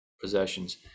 possessions